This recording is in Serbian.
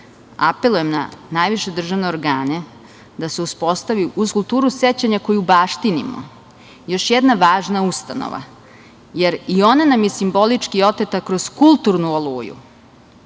apelujem na najviše državne organe da se uspostavi uz kulturu sećanja koju baštinimo još jedna važna ustanova, jer i ona nam je simbolički oteta kroz kulturnu